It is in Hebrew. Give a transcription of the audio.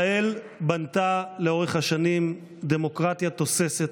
ישראל בנתה לאורך השנים דמוקרטיה תוססת,